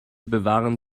bewahren